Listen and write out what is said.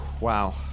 Wow